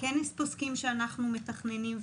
כנס פוסקים שאנחנו מתכננים,